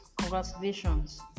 congratulations